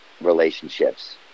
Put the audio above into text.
relationships